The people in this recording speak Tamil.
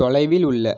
தொலைவில் உள்ள